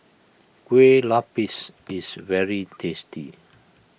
Kueh Lapis is very tasty